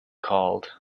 called